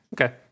Okay